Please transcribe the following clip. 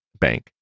bank